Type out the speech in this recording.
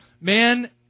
man